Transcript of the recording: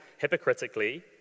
hypocritically